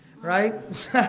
right